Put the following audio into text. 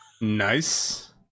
Nice